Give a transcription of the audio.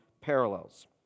parallels